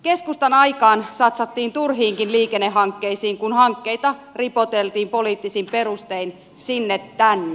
keskustan aikaan satsattiin turhiinkin liikennehankkeisiin kun hankkeita ripoteltiin poliittisin perustein sinne tänne